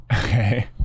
Okay